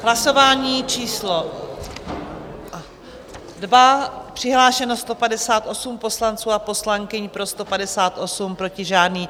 Hlasování číslo 2, přihlášeno 158 poslanců a poslankyň, pro 158, proti žádný.